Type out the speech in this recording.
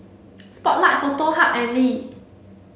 spotlight Foto Hub and Lee